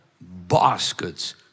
baskets